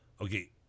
Okay